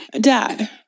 Dad